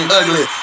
ugly